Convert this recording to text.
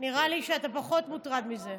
נראה לי שאתה פחות מוטרד מזה.